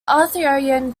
arthurian